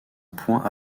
point